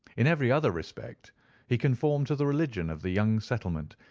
in every other respect he conformed to the religion of the young settlement,